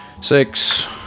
Six